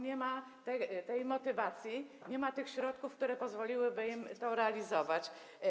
Nie ma tej motywacji, nie ma środków, które pozwoliłyby im to realizować.